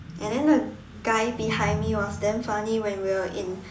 and then the guy behind me was damn funny when we were in